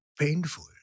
painful